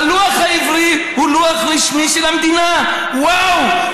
"הלוח העברי הוא לוח רשמי של המדינה" וואו,